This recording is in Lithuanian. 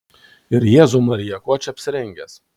ir jėzau marija kuo čia apsirengęs